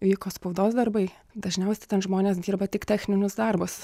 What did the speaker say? vyko spaudos darbai dažniausiai ten žmonės dirba tik techninius darbus